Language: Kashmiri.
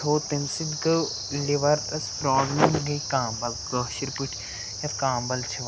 تھو تَمہِ سۭتۍ گوٚو لِورَس پرٛابلِم گٔے کامبَل کٲشِر پٲٹھۍ یَتھ کامبَل چھِ وَنان